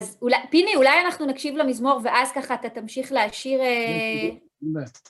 אז פיני, אולי אנחנו נקשיב למזמור, ואז ככה אתה תמשיך להעשיר...